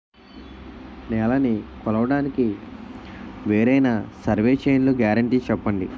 నేలనీ కొలవడానికి వేరైన సర్వే చైన్లు గ్యారంటీ చెప్పండి?